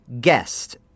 guest